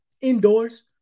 indoors